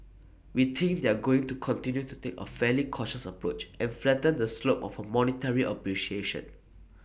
we think they're going to continue to take A fairly cautious approach and flatten the slope of A monetary appreciation